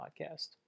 podcast